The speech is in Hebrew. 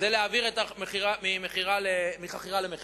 להעביר מחכירה למכירה.